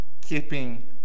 Keeping